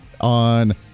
on